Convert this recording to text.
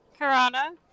karana